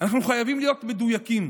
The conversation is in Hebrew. אנחנו חייבים להיות מדויקים.